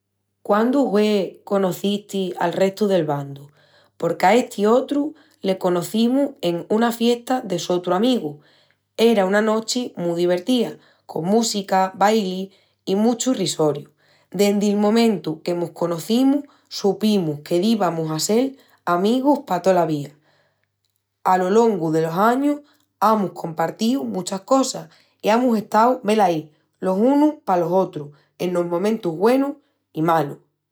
...quándu hue conocistis al restu del bandu? Porque a esti otru le conocimus en una fiesta de sotru amigu. Era una nochi mu divertía, con música, baili i muchu risoriu. Dendi'l momentu que mos conocimus, supimus que divamus a sel amigus pa tola via. Alo longu delos añus, amus compartíu muchas cosas, i amus estau velaí los unus palos otrus enos momentus güenus i malus.